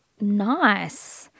Nice